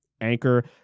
anchor